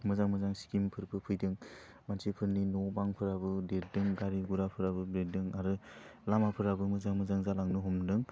मोजां मोजां स्किमफोरबो फैदों मानसिफोरनि न' बांफोराबो देरदों गारि गुराफ्राबो देरदों आरो लामाफोराबो मोजां मोजां जालांनो हमदों